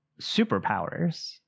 superpowers